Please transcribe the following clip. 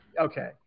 okay